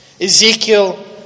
Ezekiel